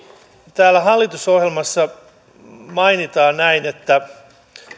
täällä hallitusohjelmassa mainitaan näin että